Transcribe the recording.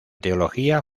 teología